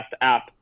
app